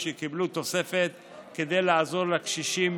הם קיבלו תוספת כדי לעזור לקשישים,